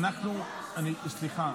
סליחה,